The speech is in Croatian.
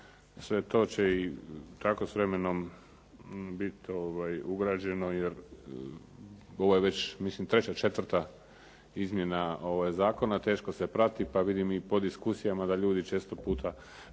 sve to će i tako s vremenom biti ugrađeno jer ovo je već mislim treća, četvrta izmjena zakona, teško se prati, pa vidim i po diskusijama da ljudi često puta